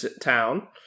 town